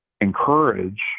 encourage